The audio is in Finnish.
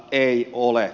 ei ole